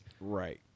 right